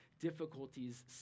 difficulties